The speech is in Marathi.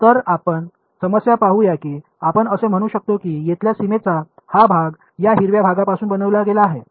तर आपण समस्या पाहू या की आपण असे म्हणू शकतो की येथल्या सीमेचा हा भाग या हिरव्या भागापासून बनविला गेला आहे